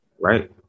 right